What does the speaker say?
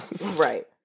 Right